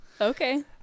Okay